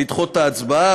לדחות את ההצבעה,